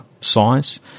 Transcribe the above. size